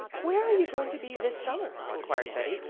where are you going to be this summer? inquired betty.